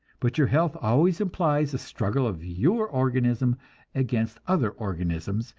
but your health always implies a struggle of your organism against other organisms,